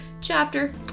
chapter